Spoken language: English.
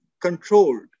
controlled